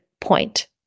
point